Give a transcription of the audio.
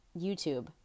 YouTube